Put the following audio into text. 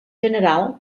general